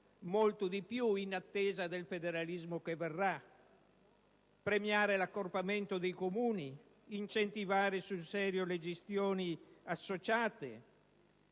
molto di più, in attesa del federalismo che verrà: premiare l'accorpamento dei Comuni, incentivare sul serio le gestioni associate,